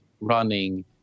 running